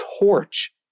torch